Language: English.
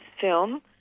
film